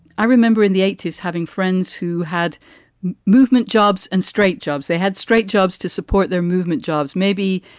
i remember in the eighty s having friends who had movement jobs and street jobs, they had street jobs to support their movement jobs maybe,